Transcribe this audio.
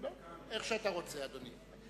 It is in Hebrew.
איך שאתה רוצה, אדוני.